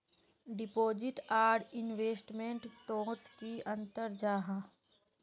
Deposit आर investment तोत की अंतर जाहा?